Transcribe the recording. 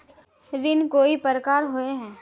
ऋण कई प्रकार होए है?